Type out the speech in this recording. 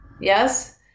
Yes